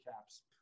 caps